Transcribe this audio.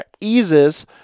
eases